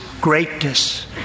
greatness